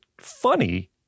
funny